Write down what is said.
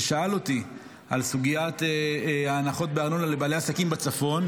ששאל אותי על סוגיית ההנחות בארנונה לבעלי עסקים בצפון,